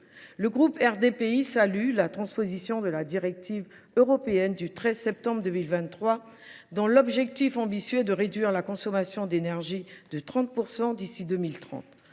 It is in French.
Le groupe RDPI salue la transposition de la directive européenne du 13 septembre 2023, avec l’objectif ambitieux de réduire la consommation d’énergie de 30 % d’ici à 2030.